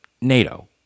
NATO